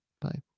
Bye